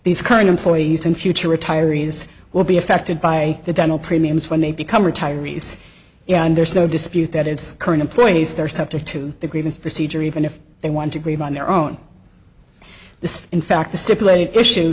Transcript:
these current employees and future retirees will be affected by the dental premiums when they become retirees and there's no dispute that it's current employees they're subject to the grievance procedure even if they want to grieve on their own this in fact the stipulated issue